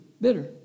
bitter